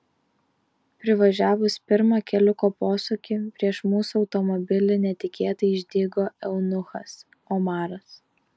privažiavus pirmą keliuko posūkį prieš mūsų automobilį netikėtai išdygo eunuchas omaras